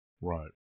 Right